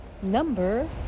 number